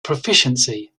proficiency